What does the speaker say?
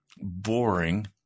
boring